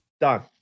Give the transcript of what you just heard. Done